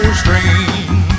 strange